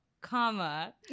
comma